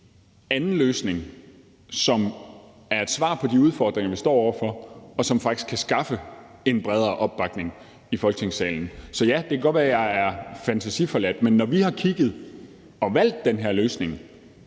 anden løsning, som er et svar på de udfordringer, vi står over for, og som faktisk kan skaffe en bredere opbakning i Folketingssalen. Det kan godt være, jeg er fantasiforladt, ja, men når vi har kigget på det og valgt den her løsning,